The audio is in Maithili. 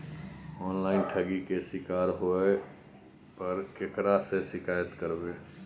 ऑनलाइन ठगी के शिकार होय पर केकरा से शिकायत करबै?